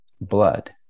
blood